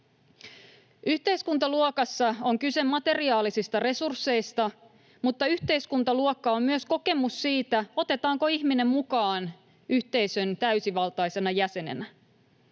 Yhteiskuntaluokassa on kyse materiaalisista resursseista, mutta yhteiskuntaluokka on myös kokemus siitä, otetaanko ihminen mukaan yhteisön täysivaltaisena jäsenenä.